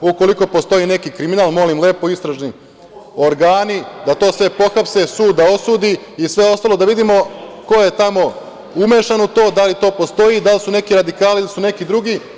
Ukoliko postoji neki kriminal, molim lepo, istražni organi da to sve pohapse, sud da osudi i sve ostalo da vidimo ko je tamo umešan u to, da li to postoji, da li su neki radikali ili su neki drugi.